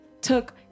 took